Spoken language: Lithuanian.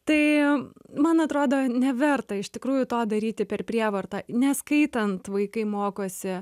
tai man atrodo neverta iš tikrųjų to daryti per prievartą ne skaitant vaikai mokosi